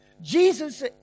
Jesus